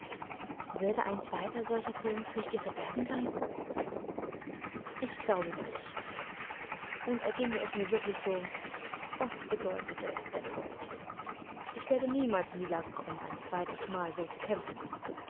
würde ein zweiter solcher triumph nicht ihr verderben sein ich glaube nicht und erginge es mir wirklich so was bedeutete es denn auch ich werde niemals in die lage kommen ein zweites mal so zu kämpfen